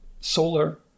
solar